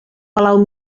palau